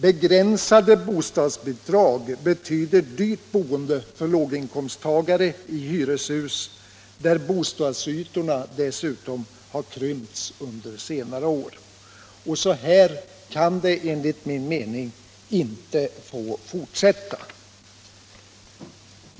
Begränsade bostadsbidrag betyder dyrt boende för låginkomsttagare i hyreshus, där bostadsytorna dessutom har krympts under senare år. Så här kan det enligt min mening inte få fortsätta.